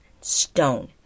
stone